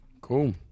cool